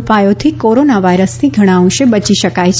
ઉપાયોથી corona વાયરસથી ઘણા અંશે બચી શકાય છે